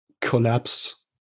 collapse